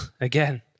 Again